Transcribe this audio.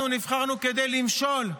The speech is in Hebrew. אנחנו נבחרנו כדי למשול,